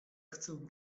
chcę